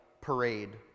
parade